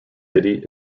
city